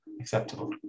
acceptable